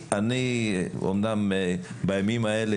אני אמנם בימים האלה,